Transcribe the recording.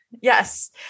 Yes